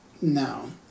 No